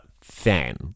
fan